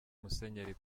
musenyeri